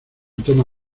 toma